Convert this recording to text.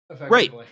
right